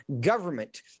government